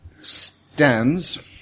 stands